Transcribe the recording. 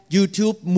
YouTube